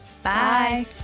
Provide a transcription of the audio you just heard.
Bye